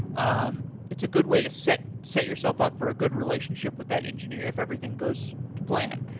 um it's a good way to set set yourself up for a good relationship with that engineer if everything goes to plan.